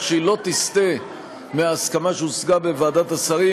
שהיא לא תסטה מההסכמה שהושגה בוועדת השרים.